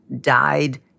died